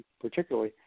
particularly